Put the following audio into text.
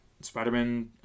Spider-Man